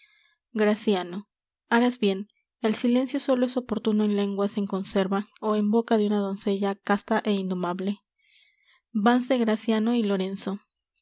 graciano harás bien el silencio sólo es oportuno en lenguas en conserva ó en boca de una doncella casta é indomable vanse graciano y lorenzo